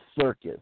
circus